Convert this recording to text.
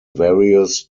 various